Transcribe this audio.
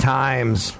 times